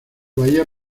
bahía